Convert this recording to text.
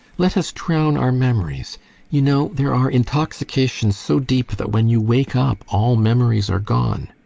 let us drown our memories you know, there are intoxications so deep that when you wake up all memories are gone.